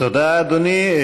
תודה, אדוני.